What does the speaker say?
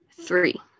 Three